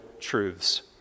truths